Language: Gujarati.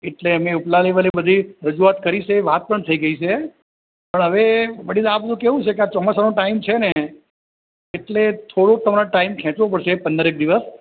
એટલે એમે ઉપલા લેવલે બધી રજૂઆત કરી છે વાત પણ થઈ ગઈ છે પણ હવે વડીલ આ બધુ કેવું છે કે આ ચોમાસાનો ટાઈમ છે ને એટલે થોડોક તમારે ટાઈમ ખેંચવો પડશે પંદરેક દિવસ